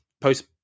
post